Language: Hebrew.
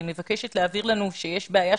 היא מבקשת להבהיר לנו שיש בעיה,